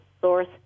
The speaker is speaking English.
source